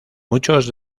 muchos